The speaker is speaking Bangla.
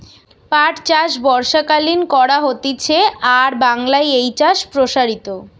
পাট চাষ বর্ষাকালীন করা হতিছে আর বাংলায় এই চাষ প্সারিত